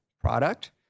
product